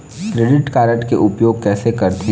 Credit card के उपयोग कैसे करथे?